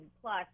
plus